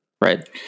right